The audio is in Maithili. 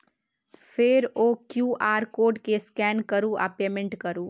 फेर ओ क्यु.आर कोड केँ स्कैन करु आ पेमेंट करु